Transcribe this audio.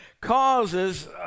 causes